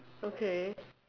okay